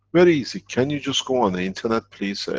very easy, can you just go on the internet please.